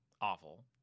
Awful